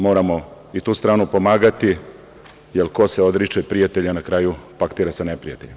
Moramo i tu stranu pomagati, jer ko se odriče prijatelja, na kraju paktira sa neprijateljem.